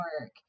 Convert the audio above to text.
work